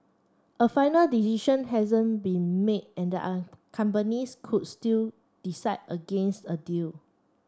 a final decision hasn't been made and a companies could still decide against a deal